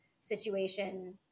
situation